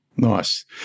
Nice